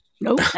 nope